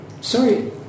sorry